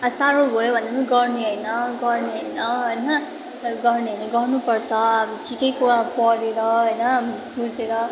साह्रो भयो भने पनि गर्ने होइन गर्ने होइन होइन गर्ने हो भने गर्नुपर्छ अब ठिकैको आबो पढेर होइन बुझेर